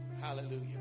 Hallelujah